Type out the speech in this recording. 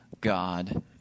God